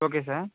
okay sir